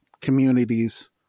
communities